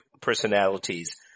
personalities